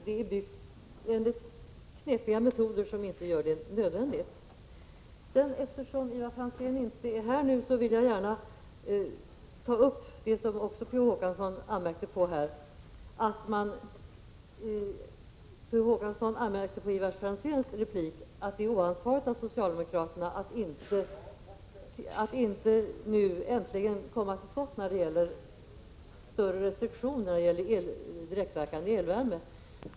Det är byggt enligt knepiga metoder som inte gör detta nödvändigt. Eftersom Ivar Franzén inte är här nu vill jag gärna bemöta det som Per Olof Håkansson anmärkte på i Ivar Franzéns replik. Det är oansvarigt av socialdemokraterna att inte nu äntligen komma till skott när det gäller större restriktioner för direktverkande elvärme.